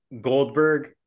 goldberg